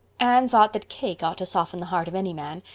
anne thought that cake ought to soften the heart of any man,